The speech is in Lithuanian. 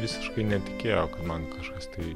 visiškai netikėjo kad man kažkas tai